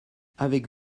avec